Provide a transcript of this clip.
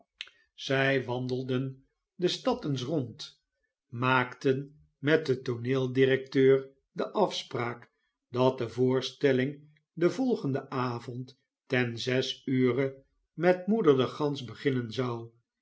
zij wandelden de stad eens rond maakten met den tooneel directeur de afspraak dat de voorstelling den volgenden avond ten zes ure met moeder de gans beginnen zou